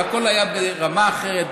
אבל הכול היה ברמה אחרת,